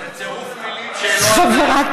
זה צירוף מילים שאינו, חברת